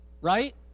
right